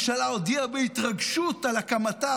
הממשלה הודיעה בהתרגשות על הקמתה,